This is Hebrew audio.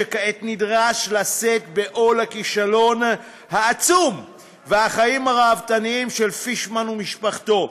שכעת נדרש לשאת בעול הכישלון העצום והחיים הרהבתניים של פישמן ומשפחתו.